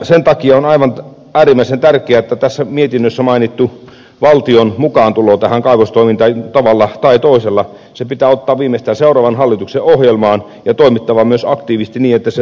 sen takia on aivan äärimmäisen tärkeää että tässä mietinnössä mainittu valtion mukaantulo tähän kaivostoimintaan tavalla tai toisella pitää ottaa viimeistään seuraavan hallituksen ohjelmaan ja on toimittava myös aktiivisesti niin että se toteutuu